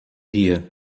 dia